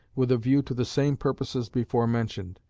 with a view to the same purposes before mentioned,